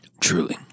Truly